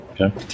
Okay